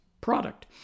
product